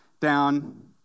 down